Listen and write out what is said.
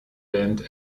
band